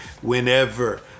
whenever